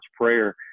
prayer